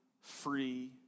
free